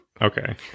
Okay